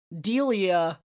Delia